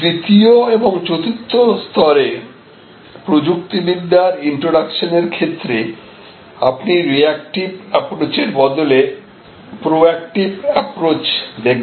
তৃতীয় এবং চতুর্থ স্তরে প্রযুক্তিবিদ্যার ইন্ট্রোডাকশন এর ক্ষেত্রে আপনি রিয়াক্টিভ অ্যাপ্রোচের বদলে প্রো অ্যাকটিভ অ্যাপ্রচ দেখবেন